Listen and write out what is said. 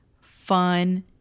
fun